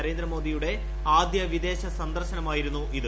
നരേന്ദ്രമോദിയുടെ ആദ്യ വിദേശ സന്ദർശനമായിരുന്നു ഇത്